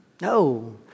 No